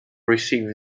received